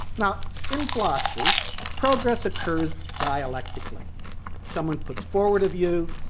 now in philosophy progress occurs dialectically someone puts forward a view,